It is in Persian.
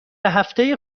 هفته